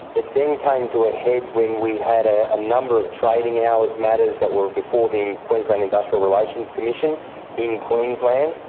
it then came to a head when we had a a number of trading hours matters that were before the queensland industrial relations commission in queensland.